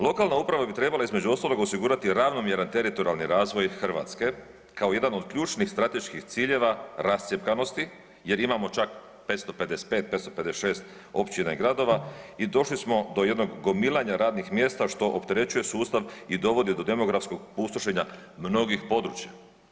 Lokalna uprava bi trebala između ostalog osigurati ravnomjeran teritorijalni razvoj Hrvatske kao jedan od ključnih, strateških ciljeva rascjepkanosti jer imamo čak 555, 556 općina i gradova i došli smo do jednog gomilanja radnih mjesta što opterećuje sustav i dovodi do demografskog pustošenja mnogih područja.